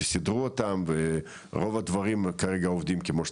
סידרו אותם ורוב הדברים כרגע עובדים כמו שצריך,